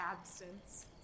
absence